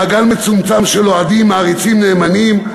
מעגל מצומצם של אוהדים מעריצים נאמנים,